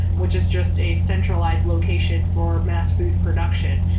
which is just a centralized location for mass food production.